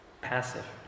passive